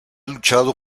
luchado